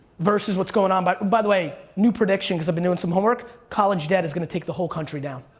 versus what's going on, but by the way, new prediction cause i've been doing some homework, college debt is gonna take the whole country down.